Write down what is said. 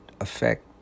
affect